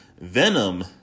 Venom